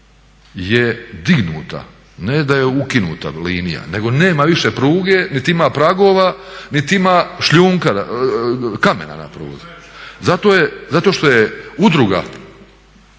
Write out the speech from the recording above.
je dignuta. Ne da je ukinuta linija, nego nema više pruge, niti ima pragova, niti ima šljunka, kamena na pruzi zato što je udruga